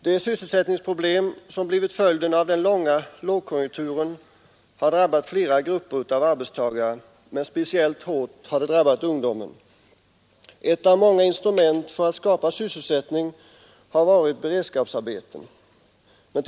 De sysselsättningsproblem som blivit följden av den långa lågkonjunkturen har drabbat flera grupper av arbetstagare, men speciellt hårt har ungdomen drabbats. Ett av många instrument för att skapa sysselsättning har varit beredskapsarbeten.